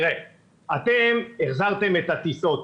אתם החזרתם את הטיסות,